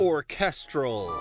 orchestral